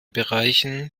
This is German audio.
bereichen